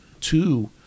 two